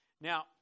Now